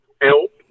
help